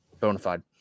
Bonafide